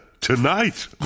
tonight